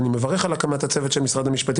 אני מברך על הקמת הצוות של משרד המשפטים